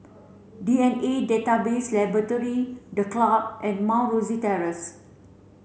D N A Database Laboratory The Club and Mount Rosie Terrace